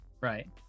right